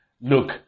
look